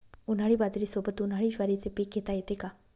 उन्हाळी बाजरीसोबत, उन्हाळी ज्वारीचे पीक घेता येते का?